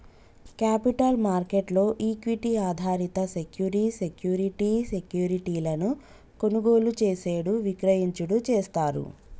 capital market లో equity ఆధారిత సెక్యూరి సెక్యూరిటీ సెక్యూరిటీలను కొనుగోలు చేసేడు విక్రయించుడు చేస్తారు